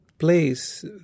place